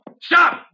Stop